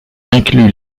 incluent